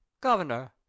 Governor